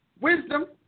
Wisdom